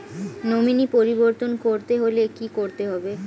Nominee পরিবর্তন করতে হলে কী করতে হবে?